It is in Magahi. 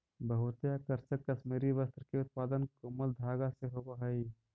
बहुते आकर्षक कश्मीरी वस्त्र के उत्पादन कोमल धागा से होवऽ हइ